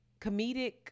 comedic